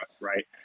right